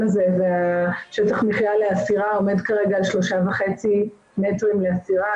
הזה ושטח המחייה לאסירה עומד כרגע על 3.5 מטרים לאסירה,